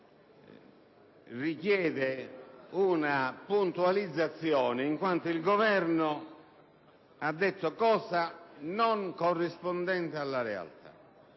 del Governo richiede una puntualizzazione, in quanto ha detto cosa non rispondente a realtà.